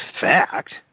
fact